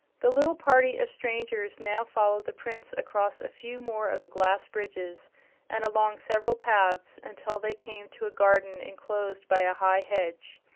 the little party of strangers now followed the prince across a few more of the glass bridges and along several paths until they came to a garden enclosed by a high hedge.